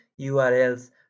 URLs